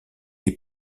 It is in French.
est